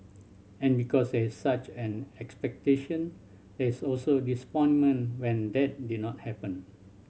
and because is such an expectation there is also disappointment when that did not happen